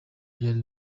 byari